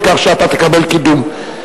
וכך אתה תקבל קידום.